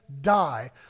die